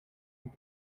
feed